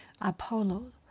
Apollo